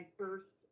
first